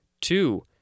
two